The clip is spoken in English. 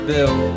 Bill